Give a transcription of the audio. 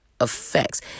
effects